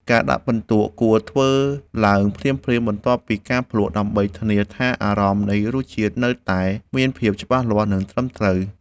ការដាក់ពិន្ទុគួរធ្វើឡើងភ្លាមៗបន្ទាប់ពីការភ្លក្ស ដើម្បីធានាថាអារម្មណ៍នៃរសជាតិនៅតែមានភាពច្បាស់លាស់ និងត្រឹមត្រូវ។